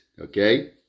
okay